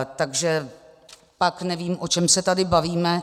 Takže pak nevím, o čem se tady bavíme.